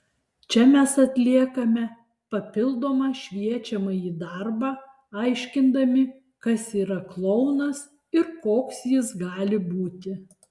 čia mes atliekame papildomą šviečiamąjį darbą aiškindami kas yra klounas ir koks jis gali būti